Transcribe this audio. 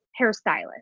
hairstylist